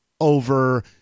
over